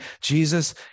Jesus